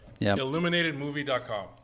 Illuminatedmovie.com